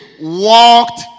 walked